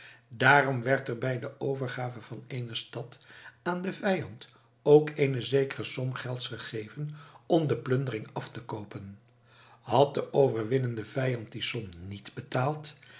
daarom werd er bij de overgave van eene stad aan den vijand ook eene zekere som gelds gegeven om de plundering af te koopen had de overwinnende vijand die som niet betaald